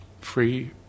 Free